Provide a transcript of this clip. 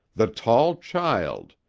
the tall child.